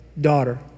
daughter